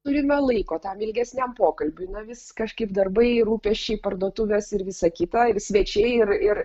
turime laiko tam ilgesniam pokalbiui na vis kažkaip darbai rūpesčiai parduotuvės ir visa kita ir svečiai ir ir